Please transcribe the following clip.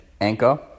Anchor